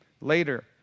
later